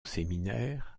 séminaire